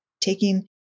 taking